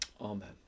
amen